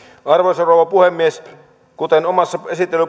arvoisa rouva puhemies omassa